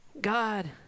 God